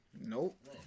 Nope